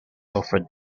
offered